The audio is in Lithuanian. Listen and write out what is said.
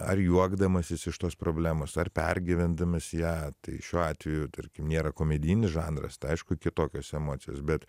ar juokdamasis iš tos problemos ar pergyvendamas ją tai šiuo atveju tarkim nėra komedijinis žanras tai aišku kitokios emocijos bet